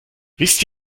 wisst